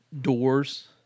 doors